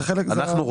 זה חלק מהרציונל.